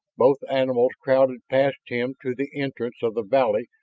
both animals crowded past him to the entrance of the valley,